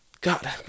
God